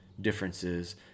differences